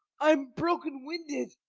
i am broken-winded.